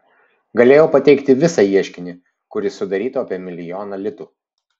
galėjau pateikti visą ieškinį kuris sudarytų apie milijoną litų